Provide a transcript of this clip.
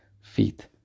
feet